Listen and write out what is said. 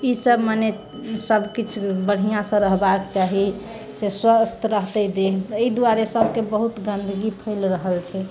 ई सभ मने सभ किछु बढ़िआँसँ रहबाक चाही से स्वस्थ रहते दिन एहि दुआरे सभके बहुत गन्दगी फैल रहल छै